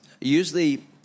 usually